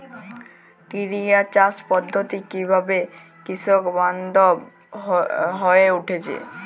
টোরিয়া চাষ পদ্ধতি কিভাবে কৃষকবান্ধব হয়ে উঠেছে?